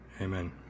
Amen